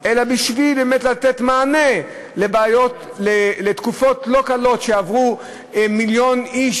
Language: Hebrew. אלא בשביל באמת לתת מענה לתקופות לא קלות שעברו מיליון איש,